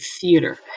theater